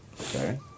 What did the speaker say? Okay